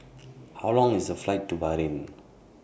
How Long IS The Flight to Bahrain